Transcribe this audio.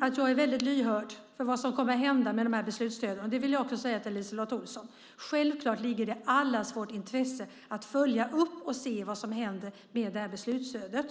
att jag är lyhörd för vad som kommer att hända med beslutsstöden. Det vill jag säga också till LiseLotte Olsson. Det ligger självklart i allas vårt intresse att följa upp och se vad som händer med det här beslutsstödet.